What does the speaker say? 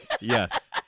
Yes